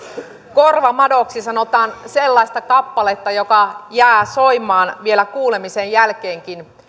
korvamadoksi sanotaan sellaista kappaletta joka jää soimaan vielä kuulemisen jälkeenkin